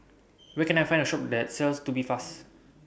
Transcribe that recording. Where Can I Find A Shop that sells Tubifast